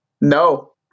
No